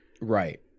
Right